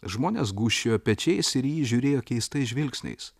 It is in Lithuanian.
žmonės gūžčiojo pečiais ir į jį žiūrėjo keistais žvilgsniais